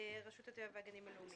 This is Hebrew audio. תפגע מהותית בתכלית הגן הלאומי,